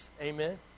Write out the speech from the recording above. Amen